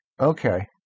Okay